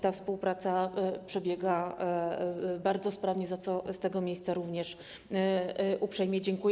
Ta współpraca przebiega bardzo sprawnie, za co z tego miejsca również uprzejmie dziękuję.